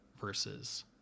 versus